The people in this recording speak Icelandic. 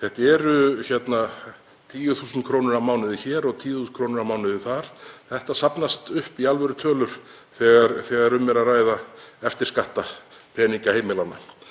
Þetta eru 10.000 kr. á mánuði hér og 10.000 kr. á mánuði þar. Þetta safnast upp í alvörutölur þegar um er að ræða, eftir skatta, peninga heimilanna.